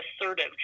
assertive